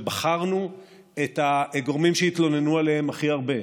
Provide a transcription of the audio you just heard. ובחרנו את הגורמים שהתלוננו עליהם הכי הרבה,